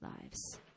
lives